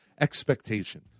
expectation